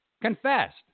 Confessed